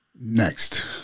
next